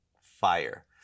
fire